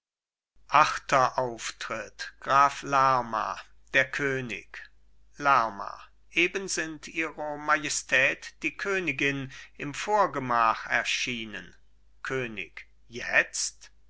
achter auftritt graf lerma der könig lerma eben sind ihre majestät die königin im vorgemach erschienen könig jetzt